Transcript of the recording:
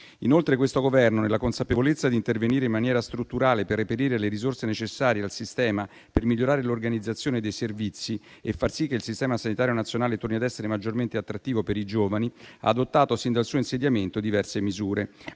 Inoltre questo Governo, nella consapevolezza di intervenire in maniera strutturale per reperire le risorse necessarie al sistema, per migliorare l'organizzazione dei servizi e far sì che il Sistema sanitario nazionale torni ad essere maggiormente attrattivo per i giovani, ha adottato, sin dal suo insediamento, diverse misure